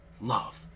love